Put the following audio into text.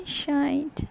shine